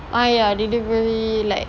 ah ya delivery like